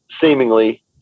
seemingly